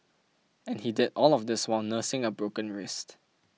and he did all of this while nursing a broken wrist